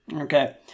Okay